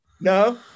no